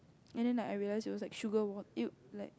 and then like I realise it was like sugar want you like